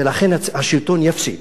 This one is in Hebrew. ולכן השלטון יפסיד.